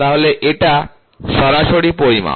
তাহলে এটি সরাসরি পরিমাপ